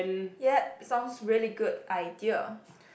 yup sounds really good idea